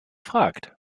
fragt